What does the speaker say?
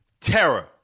terror